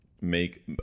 make